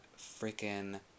freaking